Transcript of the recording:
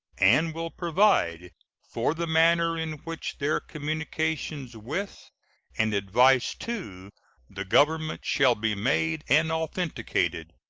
and will provide for the manner in which their communications with and advice to the government shall be made and authenticated.